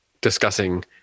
discussing